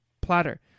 platter